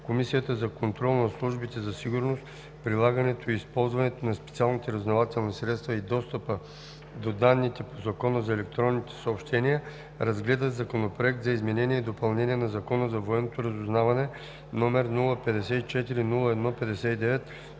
Комисията за контрол над службите за сигурност, прилагането и използването на специалните разузнавателни средства и достъпа до данните по Закона за електронните съобщения разгледа Законопроект за изменение и допълнение на Закона за военното разузнаване, № 054 01-59,